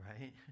Right